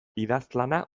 idazlana